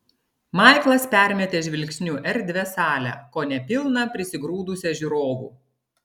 maiklas permetė žvilgsniu erdvią salę kone pilną prisigrūdusią žiūrovų